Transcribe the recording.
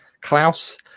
Klaus